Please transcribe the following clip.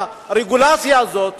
הרגולציה הזאת,